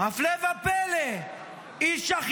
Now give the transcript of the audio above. לפני שעה